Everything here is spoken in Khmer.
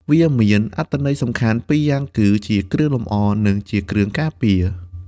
វាមានអត្ថន័យសំខាន់ពីរយ៉ាង គឺ ជាគ្រឿងលម្អ និង ជាគ្រឿងការពារ។